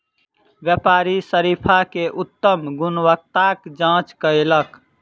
व्यापारी शरीफा के उत्तम गुणवत्ताक जांच कयलक